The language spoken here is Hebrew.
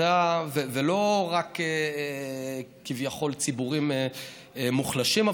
ולא רק כביכול ציבורים מוחלשים.